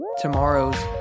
tomorrow's